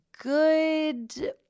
good